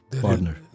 partner